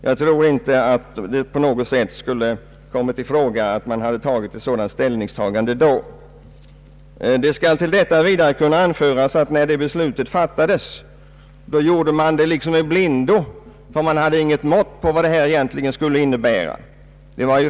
Jag tror inte att det på något sätt skulle ha kommit i fråga att då fatta ett sådant beslut. När det beslutet fattades gjorde man det liksom i blindo, därför att man hade inget mått på vad det egentligen skulle innebära.